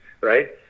right